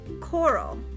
coral